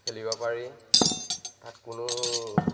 খেলিব পাৰি তাত কোনো